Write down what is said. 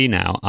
now